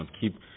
Keep